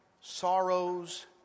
sorrows